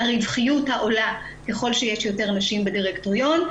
הרווחיות העולה ככל שיש יותר נשים בדירקטוריון,